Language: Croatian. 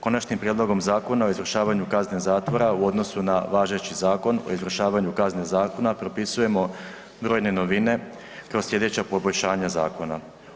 Konačnim prijedlogom Zakona o izvršavanju kazne zatvora u odnosu na važeći zakon o izvršavanju kazne zatvora propisujemo brojne novine kao slijedeća poboljšanja zakona.